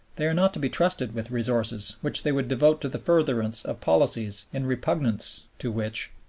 they are not to be trusted with resources which they would devote to the furtherance of policies in repugnance to which,